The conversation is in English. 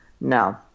no